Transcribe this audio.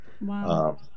Wow